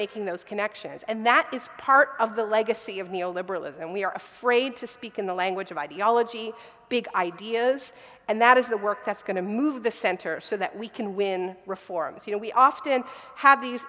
making those connections and that is part of the legacy of neo liberalism and we are afraid to speak in the language of ideology big ideas and that is the work that's going to move the center so that we can win reforms and we often have these